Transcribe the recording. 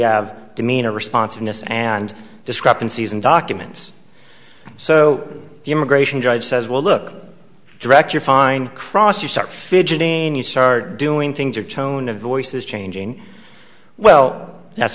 have demeanor responsiveness and discrepancies in documents so the immigration judge says well look direct you're fine cross you start fidgeting you start doing things or tone of voice is changing well that's